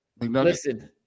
Listen